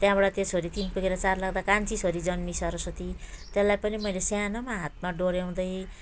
त्यहाँबाट त्यो छोरी तिन पुगेर चार लाग्दा कान्छी छोरी जन्मी सरस्वती त्यसलाई पनि मैले सानोमा हातमा डोऱ्याउँदै